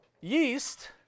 yeast